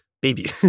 Baby